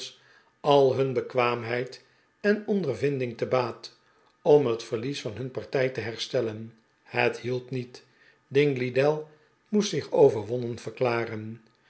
al hun bekwaamheid en ondervinding te baat om het verlies van hun partij te herstellen het hielp niet dingley dell moest zich overwonnen verklaren